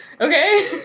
Okay